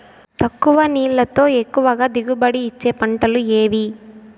తక్కువ నీళ్లతో ఎక్కువగా దిగుబడి ఇచ్చే పంటలు ఏవి?